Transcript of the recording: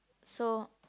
so